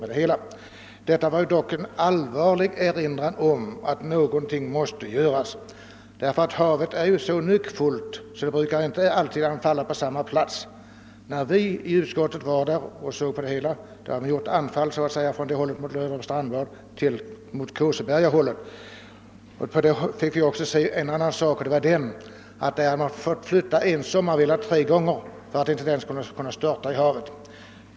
Men det inträffade är ändå en allvarlig erinran om att någonting måste göras. Havet är nyckfullt och anfaller inte alltid på samma plats. När vi i utskottet var där nere och studerade förhållandena hade havet anfallit från Löderups strandbad mot Kåseberga. Vi fick då också se en annan sak, nämligen att man hade varit tvungen att flytta en sommarvilla tre gånger för att den inte skulle störta i sjön.